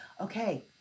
Okay